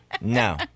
no